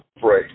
pray